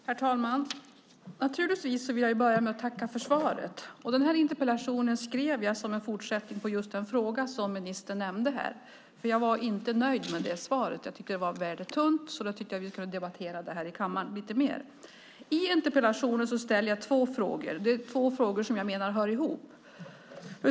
Herr talman! Naturligtvis vill jag börja med att tacka för svaret. Interpellationen skrev jag som en fortsättning på den fråga som ministern nämnde. Jag var nämligen inte nöjd med det svaret, som var väldigt tunt, och tyckte att vi kunde debattera detta i kammaren lite mer. I interpellationen ställer jag två frågor som jag menar hör ihop.